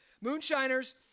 moonshiners